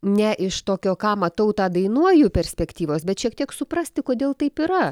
ne iš tokio ką matau tą dainuoju perspektyvos bet šiek tiek suprasti kodėl taip yra